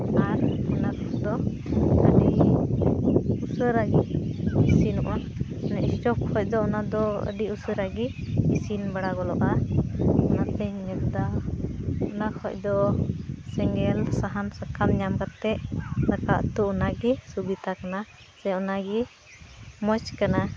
ᱟᱨ ᱚᱱᱟᱠᱚᱫᱚ ᱟᱹᱰᱤ ᱩᱥᱟᱹᱨᱟᱜᱮ ᱤᱥᱤᱱᱚᱜᱼᱟ ᱢᱟᱱᱮ ᱥᱴᱳᱵᱷ ᱠᱷᱚᱡᱫᱚ ᱚᱱᱟᱫᱚ ᱟᱹᱰᱤ ᱩᱥᱟᱹᱨᱟᱜᱮ ᱤᱥᱤᱱᱵᱟᱲᱟ ᱜᱚᱞᱚᱜᱼᱟ ᱚᱱᱟᱛᱮᱧ ᱢᱮᱱᱫᱟ ᱚᱱᱟ ᱠᱷᱚᱡᱫᱚ ᱥᱮᱸᱜᱮᱞ ᱥᱟᱦᱟᱱ ᱥᱟᱠᱟᱢ ᱧᱟᱢ ᱠᱟᱛᱮᱫ ᱫᱟᱠᱟᱼᱩᱛᱩ ᱚᱱᱟᱜᱮ ᱥᱩᱵᱤᱛᱟ ᱠᱟᱱᱟ ᱥᱮ ᱚᱱᱟᱜᱮ ᱢᱚᱡᱽ ᱠᱟᱱᱟ